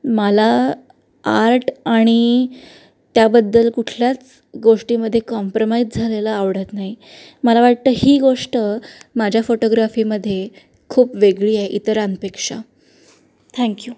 मला आर्ट आणि त्याबद्दल कुठल्याच गोष्टीमधे कॉम्प्रमाइज झालेला आवडत नाही मला वाटतं ही गोष्ट माझ्या फोटोग्राफीमध्ये खूप वेगळी आहे इतरांपेक्षा थँक यू